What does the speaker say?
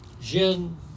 gin